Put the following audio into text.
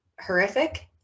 horrific